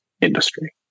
industry